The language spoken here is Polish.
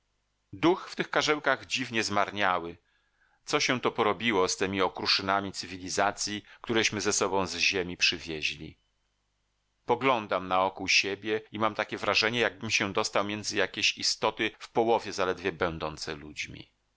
duch w tych karzełkach dziwnie zmarniały co się to porobiło z temi okruszynami cywilizacji któreśmy ze sobą z ziemi przywieźli poglądam naokół siebie i mam takie wrażenie jakbym się dostał między jakieś istoty w połowie zaledwie będące ludźmi